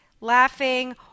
laughing